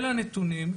אלה הנתונים.